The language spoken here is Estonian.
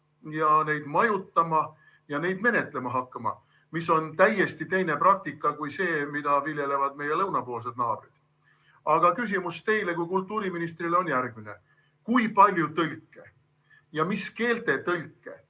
neid majutama ja menetlema hakkama, mis on täiesti teine praktika kui see, mida viljelevad meie lõunapoolsed naabrid. Aga küsimus teile kui kultuuriministrile on järgmine. Kui palju tõlke ja mis keelte tõlke